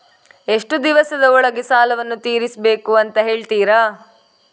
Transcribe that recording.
ಎಷ್ಟು ದಿವಸದ ಒಳಗೆ ಸಾಲವನ್ನು ತೀರಿಸ್ಬೇಕು ಅಂತ ಹೇಳ್ತಿರಾ?